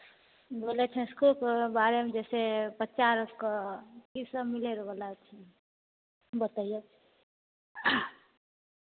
बोल रहे थे इस्कूल के बारे में जैसे बच्चा लोग को यह सब मिलेगा बोला थी बताईए